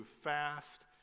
fast